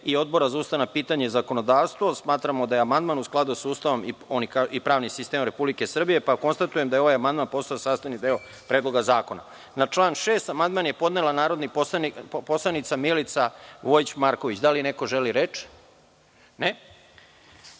a Odbora za ustavna pitanja i zakonodavstvo smatra da je amandman u skladu sa Ustavom i pravnim sistemom Republike Srbije, konstatujem da je ovaj amandman postao sastavni deo Predloga Zakona. Na član 6. amandman je podnela narodna poslanica Milica Vojić Marković. Da li neko želi reč?